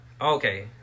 Okay